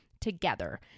together